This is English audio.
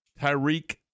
Tyreek